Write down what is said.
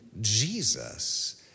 Jesus